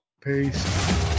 peace